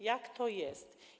Jak to jest?